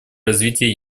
развития